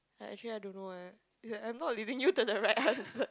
uh actually I don't know eh I'm not leaving you to the right answer